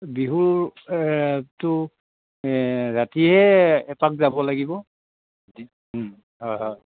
বিহুৰ টো ৰাতিহে এপাক যাব লাগিব হয় হয়